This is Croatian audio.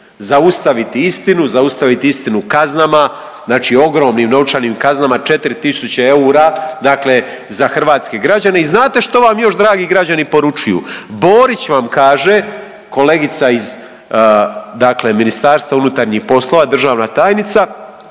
zaustaviti istinu kaznama, znači ogromnim novčanim kaznama 4 tisuće eura dakle za hrvatske građane i znate što vam još dragi građani poručuju? Borić vam kaže, kolegica iz dakle MUP-a, državna tajnica,